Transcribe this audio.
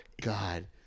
God